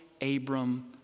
Abram